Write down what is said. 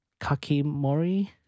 Kakimori